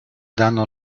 danno